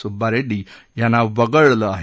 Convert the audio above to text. सुब्बा रेड्डी यांना वगळलं आहे